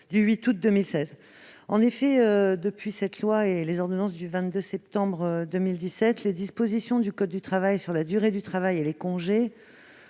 l'adoption de cette loi et des ordonnances du 22 septembre 2017, les dispositions du code du travail sur la durée du travail et les congés